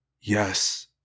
Yes